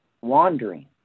wandering